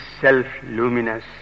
self-luminous